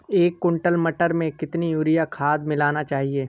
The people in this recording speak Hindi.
एक कुंटल मटर में कितना यूरिया खाद मिलाना चाहिए?